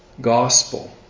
gospel